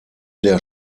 der